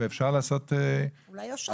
ואפשר לעשות --- התאמות.